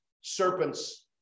serpent's